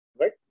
right